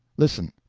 listen.